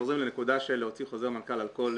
אנחנו חוזרים לנקודה של להוציא חוזר מנכ"ל על כל